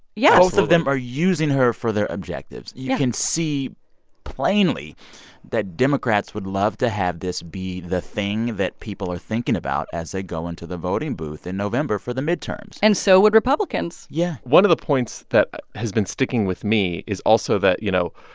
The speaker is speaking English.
both of them are using her for their objectives yeah you can see plainly that democrats would love to have this be the thing that people are thinking about as they go into the voting booth in november for the midterms and so would republicans yeah one of the points that has been sticking with me is also that, you know,